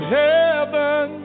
heaven